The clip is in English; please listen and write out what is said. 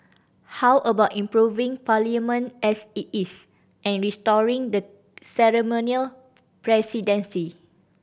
how about improving Parliament as it is and restoring the ceremonial presidency